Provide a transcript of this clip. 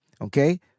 okay